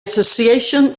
association